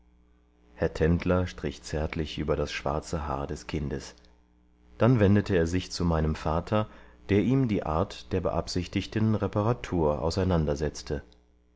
herr tendler strich zärtlich über das schwarze haar des kindes dann wendete er sich zu meinem vater der ihm die art der beabsichtigten reparatur auseinandersetzte